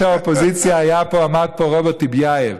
איש האופוזיציה היה פה, עמד פה, רוברט טיבייב.